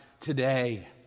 today